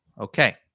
Okay